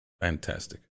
fantastic